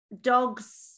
dogs